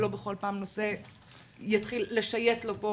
ולא בכל פעם נושא יתחיל לשייט לו פה